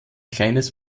kleines